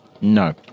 No